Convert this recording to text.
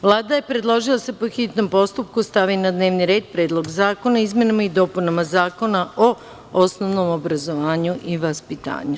Vlada je predložila da se, po hitnom postupku, stavi na dnevni red Predlog zakona o izmenama i dopunama Zakona o osnovnom obrazovanju i vaspitanju.